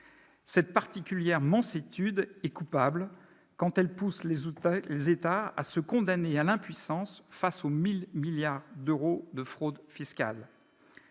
Cette particulière mansuétude est coupable quand elle pousse les États à se condamner à l'impuissance face aux 1 000 milliards d'euros de fraude fiscale.